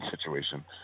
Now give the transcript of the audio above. situation